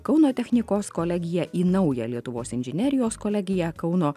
kauno technikos kolegiją į naują lietuvos inžinerijos kolegija kauno